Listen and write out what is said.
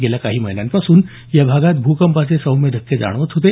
गेल्या काही महिन्यांपासून या भागात भूकंपाचे सौम्य धक्के जाणवत होते